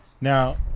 Now